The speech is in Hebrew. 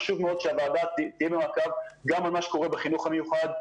חשוב מאוד שהוועדה תהיה במעקב גם אחר מה שקורה בחינוך המיוחד,